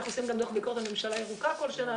אנחנו גם עושים דוח ביקורת על ממשלה ירוקה כל שנה,